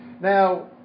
Now